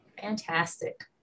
Fantastic